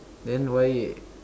then why